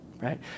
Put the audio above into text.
right